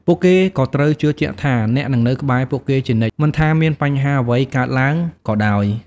ពួកគេក៏ត្រូវជឿជាក់ថា អ្នកនឹងនៅក្បែរពួកគេជានិច្ច មិនថាមានបញ្ហាអ្វីកើតឡើងក៏ដោយ។